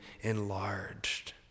enlarged